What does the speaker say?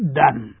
done